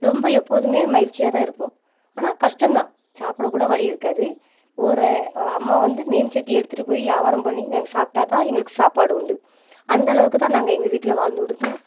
ரொம்ப எப்போதும் மகிழ்ச்சியாக தான் இருப்போம் ஆனால் கஷ்டம்தான் சாப்பிட கூட வழி இருக்காது ஒரு அம்மா வந்து மீன் சட்டி எடுத்துகிட்டு போய் வியாபாரம் பண்ணி நாங்கள் சாப்பிட்டா தான் எங்களுக்கு சாப்பாடு உண்டு அந்தளவுக்கு தான் நாங்கள் எங்கள் வீட்டில் வாழ்ந்துகிட்டு இருந்தோம்